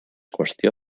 qüestió